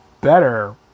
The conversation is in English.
better